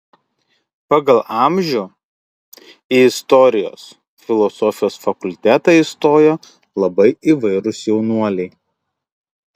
pagal amžių į istorijos filosofijos fakultetą įstojo labai įvairūs jaunuoliai